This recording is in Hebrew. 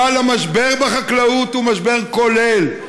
אבל המשבר בחקלאות הוא משבר כולל,